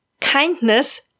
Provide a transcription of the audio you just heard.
kindness